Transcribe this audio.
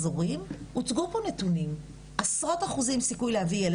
יטופלו כמו שצריך והיא תחשוב שהיא עשתה את זה במקום ששומר לה,